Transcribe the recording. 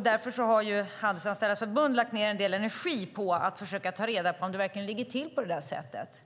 Därför har Handelsanställdas förbund lagt ned en del energi på att försöka ta reda på om det verkligen ligger till på det sättet.